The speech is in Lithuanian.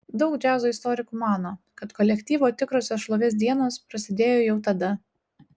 daug džiazo istorikų mano kad kolektyvo tikrosios šlovės dienos prasidėjo jau tada